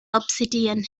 obsidian